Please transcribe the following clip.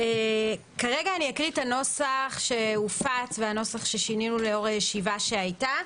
כרגע אקרא את הנוסח שהופץ והנוסח ששינינו לאור הישיבה שהייתה.